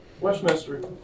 Westminster